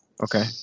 Okay